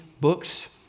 books